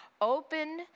Open